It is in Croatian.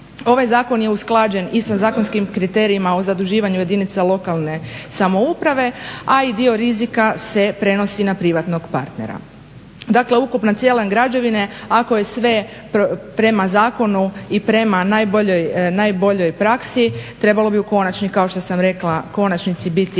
Ovaj zakon je usklađen i sa zakonskim kriterijima o zaduživanju jedinica lokalne samouprave, a i dio rizika se prenosi na privatnog partnera. Dakle, ukupna cijena građevine ako je sve prema zakonu i prema najboljoj praksi trebalo bi u konačnici kao što sam rekla biti